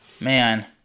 Man